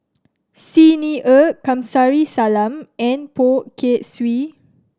Xi Ni Er Kamsari Salam and Poh Kay Swee